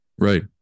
Right